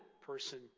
person